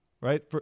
right